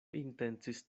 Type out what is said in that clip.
intencis